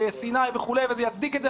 ולסיני וזה יצדיק את זה.